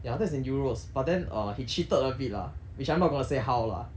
ya that's in euros but then err he cheated a bit lah which I'm not going to say how lah